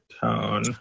tone